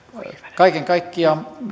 kaiken kaikkiaan